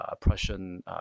Prussian